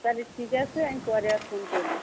তাহলে ঠিক আছে আমি পরে আর ফোন করব